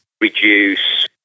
reduce